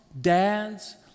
dads